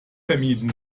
vermieden